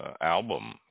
album